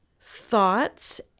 thoughts